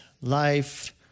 Life